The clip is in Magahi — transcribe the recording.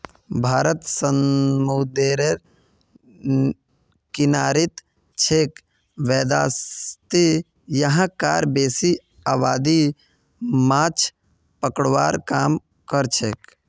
भारत समूंदरेर किनारित छेक वैदसती यहां कार बेसी आबादी माछ पकड़वार काम करछेक